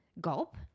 gulp